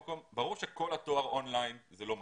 ברור שכל התואר און ליין, זה לא מקובל,